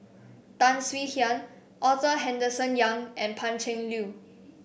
Tan Swie Hian Arthur Henderson Young and Pan Cheng Lui